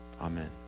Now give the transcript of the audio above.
Amen